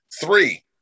Three